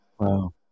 Wow